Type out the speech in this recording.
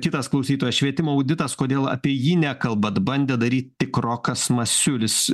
kitas klausytojas švietimo auditas kodėl apie jį nekalbat bandė daryt tik rokas masiulis